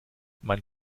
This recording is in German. mein